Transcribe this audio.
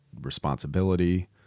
responsibility